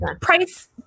price